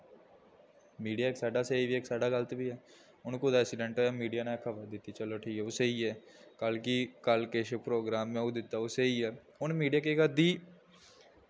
media इक side स्हेई ते इक साइड गल्त बी ऐ हून कुदै ऐक्सिडैंट होएआ मीडिया ने खबर दित्ती चलो ठीक ऐ ओह् स्हेई ऐ कल गी कल किश प्रोग्राम दित्ता ओह् स्हेई ऐ हून मीडिया केह् करदी